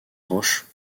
roches